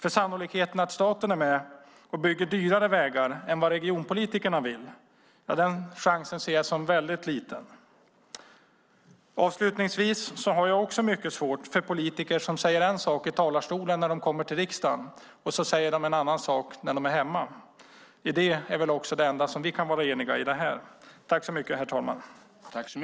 Sannolikheten för att staten är med och bygger dyrare vägar än vad regionpolitikerna vill är väldigt liten. Jag har också svårt för politiker som säger en sak i talarstolen i riksdagen och en annan hemma. Det är väl det enda som vi kan vara eniga om.